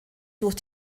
durch